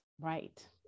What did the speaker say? Right